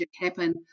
happen